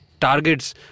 targets